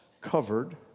covered